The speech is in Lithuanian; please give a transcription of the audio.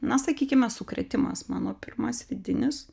na sakykime sukrėtimas mano pirmas vidinis